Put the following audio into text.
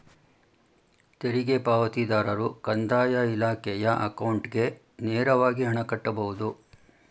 ತೆರಿಗೆ ಪಾವತಿದಾರರು ಕಂದಾಯ ಇಲಾಖೆಯ ಅಕೌಂಟ್ಗೆ ನೇರವಾಗಿ ಹಣ ಕಟ್ಟಬಹುದು